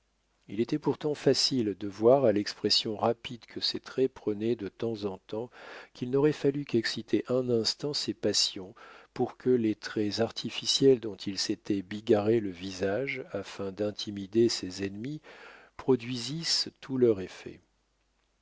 il était pourtant facile de voir à l'expression rapide que ses traits prenaient de temps en temps qu'il n'aurait fallu qu'exciter un instant ses passions pour que les traits artificiels dont il s'était bigarré le visage afin d'intimider ses ennemis produisissent tout leur effet